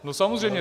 No samozřejmě.